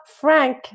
Frank